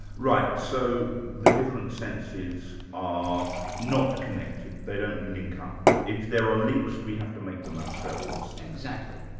right. so the different senses are not connected, they don't link up if there are links, we have to make them ourselves. exactly.